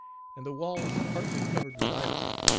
and the walls partly covered with ivy,